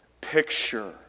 picture